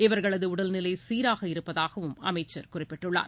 இவர்களது உடல்நிலை சீராக இருப்பதாகவும் அமைச்சர் குறிப்பிட்டுள்ளார்